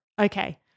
Okay